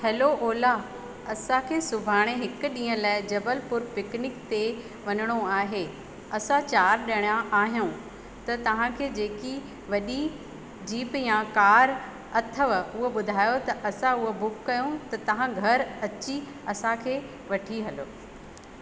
hello Ola असांखे सुभाणे हिकु ॾींहुं लाइ जबलपुर पिकनिक ते वञ टिणो आहे असां चारि जणा आहियूं त तव्हांखे जेकी वॾी जीप या कार अथव हुअ ॿुधायो त असां हुअ बुक कयूं त तव्हां घर अची असांखे वठी हलो